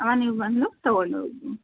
ಅವಾಗ ನೀವು ಬಂದು ತಗೊಂಡು ಹೋಗಿ